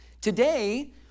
Today